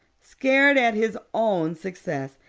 scared at his own success.